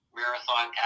marathon